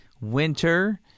winter